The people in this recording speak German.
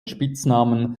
spitznamen